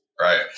Right